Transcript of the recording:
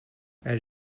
elle